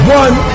one